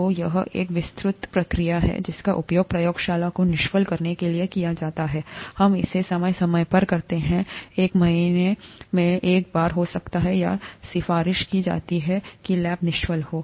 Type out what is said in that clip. तो यह एक विस्तृत प्रक्रिया है जिसका उपयोग प्रयोगशाला को निष्फल करने के लिए किया जाता है हम इसे समय समय पर करते हैं एक महीने में एक बार हो सकता है यह सिफारिश की जाती है कि लैब निष्फल हो